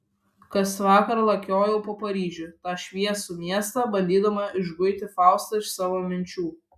kasvakar lakiojau po paryžių tą šviesų miestą bandydama išguiti faustą iš savo minčių